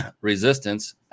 resistance